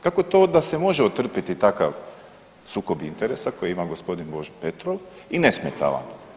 Kako to da se može otrpjeti takav sukob interesa koji ima gospodin Božo Petrov i ne smeta vam?